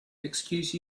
excuse